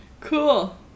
Cool